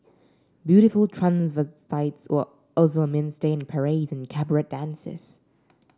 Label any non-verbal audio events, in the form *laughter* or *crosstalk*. beautiful *unintelligible* were also a mainstay in parades and cabaret dances